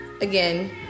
again